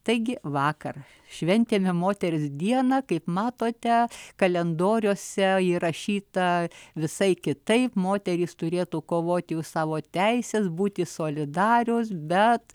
taigi vakar šventėme moters diena kaip matote kalendoriuose įrašyta visai kitaip moterys turėtų kovoti už savo teises būti solidarios bet